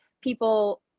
people